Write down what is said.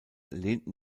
lehnten